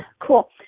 Cool